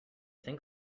think